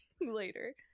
later